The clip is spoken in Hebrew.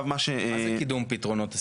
מה זה קידום פתרונות 2030?